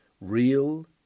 real